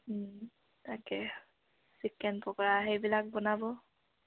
তাকে চিকেন পকোৰা সেইবিলাক বনাব